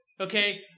Okay